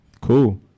cool